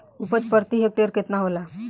उपज प्रति हेक्टेयर केतना होला?